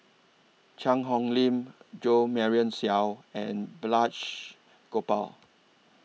Cheang Hong Lim Jo Marion Seow and Balraj Gopal